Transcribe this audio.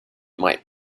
might